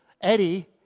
Eddie